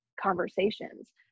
conversations